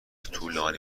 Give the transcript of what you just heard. طولانی